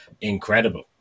incredible